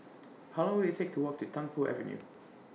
How Long Will IT Take to Walk to Tung Po Avenue